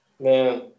Man